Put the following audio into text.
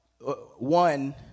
one